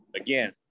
again